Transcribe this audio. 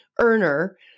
earner